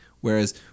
Whereas